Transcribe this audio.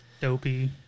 dopey